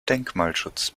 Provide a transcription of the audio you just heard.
denkmalschutz